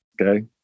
Okay